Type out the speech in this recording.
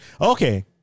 Okay